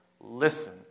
listen